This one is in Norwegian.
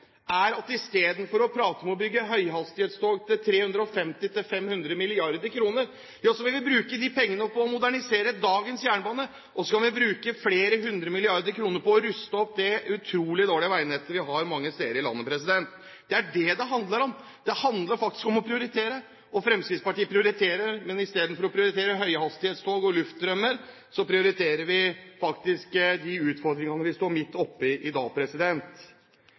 er at istedenfor å prate om å bygge høyhastighetstog til 350–500 mrd. kr, vil vi bruke de pengene på å modernisere dagens jernbane, og så kan vi bruke flere hundre milliarder kroner på å ruste opp det utrolig dårlige veinettet vi har mange steder i landet. Det er det det handler om. Det handler faktisk om å prioritere, og Fremskrittspartiet prioriterer, men istedenfor å prioritere høyhastighetstog og luftdrømmer prioriterer vi faktisk de utfordringene vi står midt oppe i i dag.